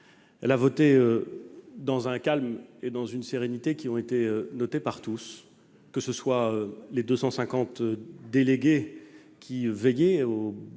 Elle a voté dans un calme et une sérénité qui ont été notés par tous. Que ce soient les 250 délégués qui veillaient au